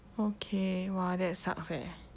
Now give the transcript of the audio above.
okay !wah! that sucks eh